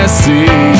see